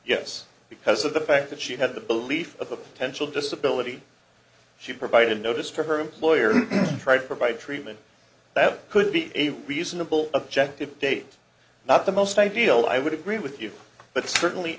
yes because of the fact that she had the belief of a potential disability she provided notice for her employer try to provide treatment that could be a reasonable objective date not the most ideal i would agree with you but certainly